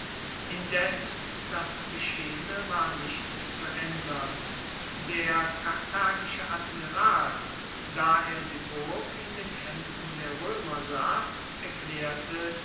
indes das geschehene war nicht zu aendern der karthagische admiral da er die burg in den haenden der roemer sah erklaerte